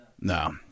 No